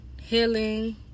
Healing